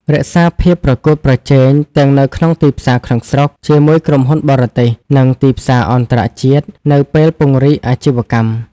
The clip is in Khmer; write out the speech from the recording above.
រក្សាភាពប្រកួតប្រជែង ទាំងនៅក្នុងទីផ្សារក្នុងស្រុក ជាមួយក្រុមហ៊ុនបរទេស និងទីផ្សារអន្តរជាតិ នៅពេលពង្រីកអាជីវកម្ម។